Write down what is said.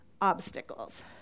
obstacles